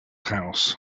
house